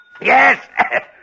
Yes